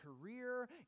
career